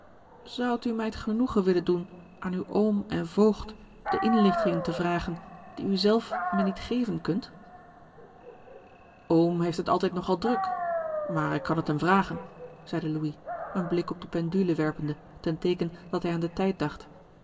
zoudt u mij t genoegen willen doen aan uw oom en voogd de inlichtingen te vragen die u zelf me niet geven kunt oom heeft het altijd nog al druk maar ik kan t hem vragen zeide louis een blik op de pendule werpende ten teeken dat hij aan den tijd dacht